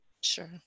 Sure